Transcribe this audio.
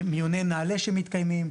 מיוני "נעלה" שמתקיימים.